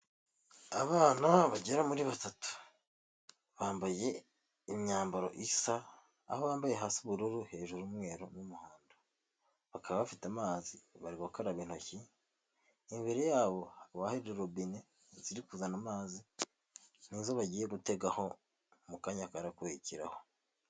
Abana bagera muri batatu bambaye imyambaro isa, aho bambaye hasi ubururu hejuru umweru n'umuhondo, bakaba bafite amazi bari gukaraba intoki, imbere yabo hakaba hari robine ziri kuzana amazi nizo bagiye gutegaho mu kanya karakurikiraho.